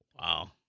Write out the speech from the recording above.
Wow